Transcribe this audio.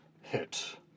hit